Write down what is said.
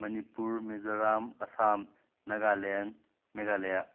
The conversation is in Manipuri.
ꯃꯅꯤꯄꯨꯔ ꯃꯤꯖꯣꯔꯥꯝ ꯑꯁꯥꯝ ꯅꯥꯒꯥꯂꯦꯟ ꯃꯦꯒꯂꯌꯥ